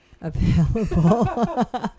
available